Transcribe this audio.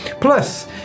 Plus